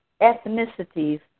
ethnicities